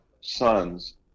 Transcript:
sons